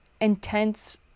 intense